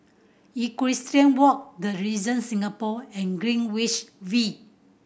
Equestrian Walk The Regent Singapore and Greenwich V